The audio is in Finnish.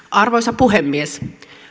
arvoisa puhemies